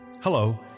Hello